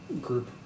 group